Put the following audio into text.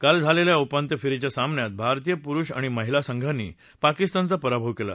काल झालेल्या उपांत्य फेरीच्या सामन्यात भारतीय पुरुष आणि महिला संघानी पाकिस्तानचा पराभव केला